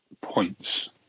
points